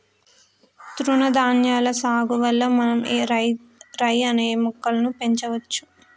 తృణధాన్యాల సాగు వల్ల మనం రై అనే మొక్కలను పెంచవచ్చు